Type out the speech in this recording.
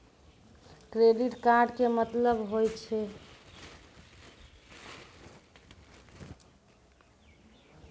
Credit card के मतलब होय छै?